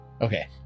Okay